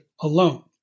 alone